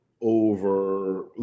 over